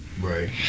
right